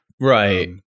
Right